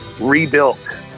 rebuilt